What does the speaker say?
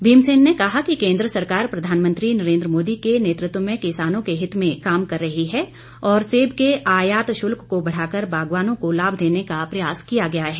भीम सेन ने कहा कि केंद्र सरकार प्रधानमंत्री नरेन्द्र मोदी के नेतृत्व में किसानों के हित में काम कर रही है और सेब के आयात शुल्क को बढ़ाकर बागवानों को लाभ देने का प्रयास किया है